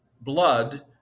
blood